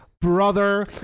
brother